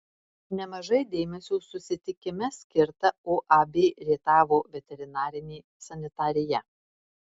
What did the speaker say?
nemažai dėmesio susitikime skirta uab rietavo veterinarinė sanitarija